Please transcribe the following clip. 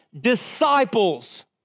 disciples